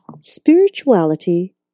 spirituality